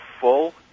full